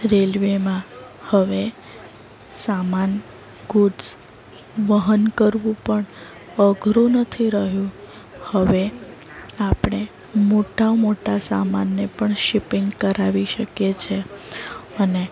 રેલવેમાં હવે સામાન ગૂડ્સ વહન કરવું પણ અઘરું નથી રહ્યું હવે આપણે મોટા મોટા સામાનને પણ શિપિંગ કરાવી શકીએ છે અને